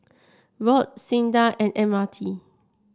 ROD SINDA and M R T